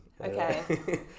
Okay